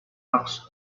lacks